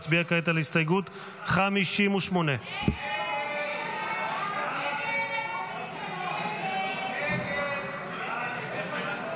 נצביע כעת על הסתייגות 58. הסתייגות 58 לא נתקבלה.